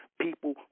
People